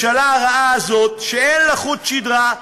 הממשלה הרעה הזאת, שאין לה חוט שדרה,